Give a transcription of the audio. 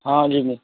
ହଁ ଯିବି